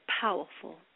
powerful